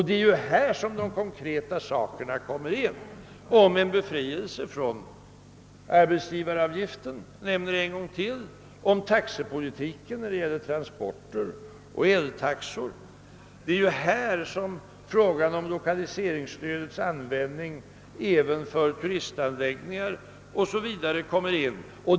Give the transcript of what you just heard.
Det är här som de konkreta problemen inställer sig, såsom frågan om en befrielse från arbetsgivaravgift — jag nämner det en gång till — om politiken i fråga om transporttaxor och om eltaxor. Det är här som frågan om lokaliseringsstödets användning även för turistanläggningar o.s.v. aktualiseras.